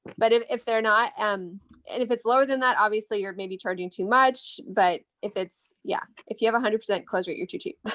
but if if they're not, um and if it's lower than that, obviously you're maybe charging too much. but if it's, yeah, if you have a hundred percent close rate, you're too cheap.